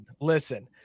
listen